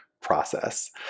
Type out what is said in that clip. process